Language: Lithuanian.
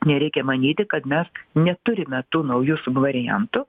nereikia manyti kad mes neturime tų naujų subvariantų